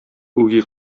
үги